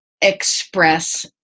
express